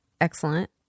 excellent